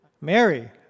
Mary